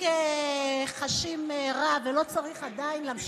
שגם יתפכחו מעבר ויחשבו אחרת, כמוני.